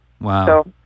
Wow